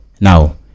Now